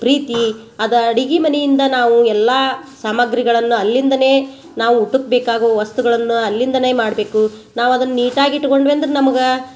ಪ್ರೀತಿ ಅದ ಅಡಿಗೆ ಮನೆಯಿಂದ ನಾವು ಎಲ್ಲ ಸಾಮಗ್ರಿಗಳನ್ನ ಅಲ್ಲಿಂದನೇ ನಾವು ಊಟಕ್ಕೆ ಬೇಕಾಗೋ ವಸ್ತುಗಳನ್ನ ಅಲ್ಲಿಂದನೇ ಮಾಡಬೇಕು ನಾವು ಅದನ್ನ ನೀಟಾಗೆ ಇಟ್ಕೊಂಡ್ವಿ ಅಂದರೆ ನಮ್ಗೆ